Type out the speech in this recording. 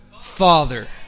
Father